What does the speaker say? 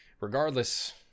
regardless